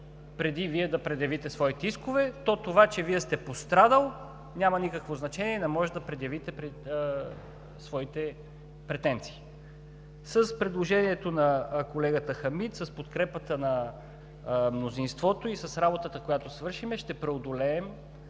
преди Вие да предявите своите искове, то това, че Вие сте пострадал няма никакво значение и не можете да предявите своите претенции. С предложението на колегата Хамид, с подкрепата на мнозинството и с работата, която свършим, ще преодолеем